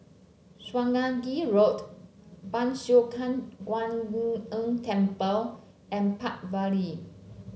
Swanage Road Ban Siew San Kuan Im Tng Temple and Park Vale